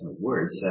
words